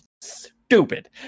stupid